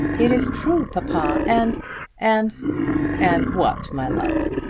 it is true, papa and and and what, my love?